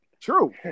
True